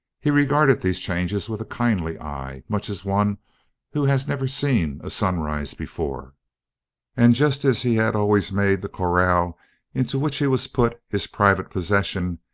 he regarded these changes with a kindly eye, much as one who has never seen a sunrise before and just as he had always made the corral into which he was put his private possession,